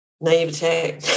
naivete